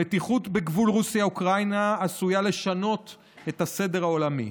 המתיחות בגבול רוסיה אוקראינה עשויה לשנות את הסדר העולמי,